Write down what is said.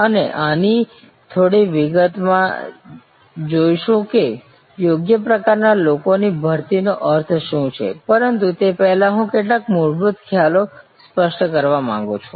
અમે આની થોડી વિગતમાં જઈશું કે યોગ્ય પ્રકારના લોકોની ભરતીનો અર્થ શું છે પરંતુ તે પહેલાં હું કેટલાક મૂળભૂત ખ્યાલો સ્પષ્ટ કરવા માંગુ છું